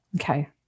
Okay